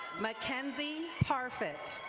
mackenzie parfit.